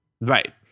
right